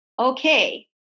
okay